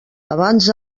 abans